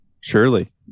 Surely